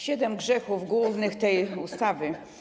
7 grzechów głównych tej ustawy.